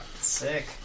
Sick